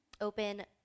open